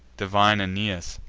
divine aeneas,